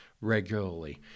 regularly